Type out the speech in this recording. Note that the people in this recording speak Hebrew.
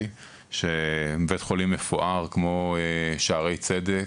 שבית חולים מפואר כמו שערי צדק,